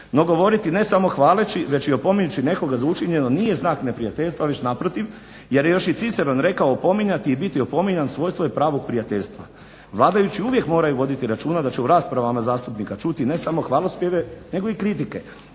No govoriti ne samo hvaleći već i opominjući nekoga za učinjeno nije znak neprijateljstva već naprotiv, jer je još i Ciceron rekao opominjati i biti opominjan svojstvo je pravo prijateljstva. Vladajući uvijek moraju voditi računa da će u raspravama zastupnika čuti ne samo hvalospjeve nego i kritike